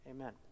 Amen